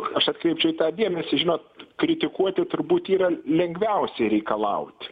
aš atkreipčiau į tą dėmesį žinot kritikuoti turbūt yra lengviausia reikalaut